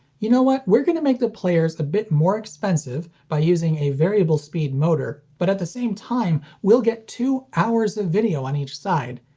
you know what? we're gonna make the players a bit more expensive by using a variable-speed motor, but at the same time we'll get two hours of video on each side,